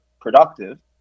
productive